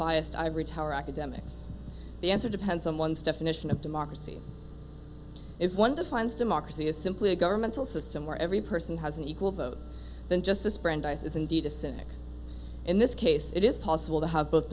biased ivory tower academics the answer depends on one's definition of democracy if one defines democracy is simply a governmental system where every person has an equal vote then justice brandeis is indeed a cynic in this case it is possible to have both